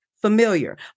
Familiar